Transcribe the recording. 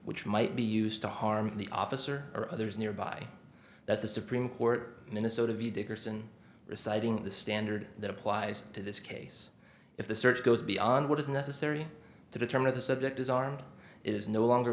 which might be used to harm the officer or others nearby that's the supreme court minnesota v dickerson reciting the standard that applies to this case if the search goes beyond what is necessary to determine if the subject is armed it is no longer